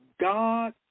God